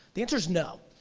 the answer's no.